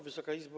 Wysoka Izbo!